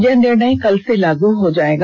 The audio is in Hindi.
यह निर्णय कल से लागू हो जाएगा